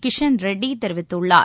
கிஷண் ரெட்டி தெரிவித்துள்ளார்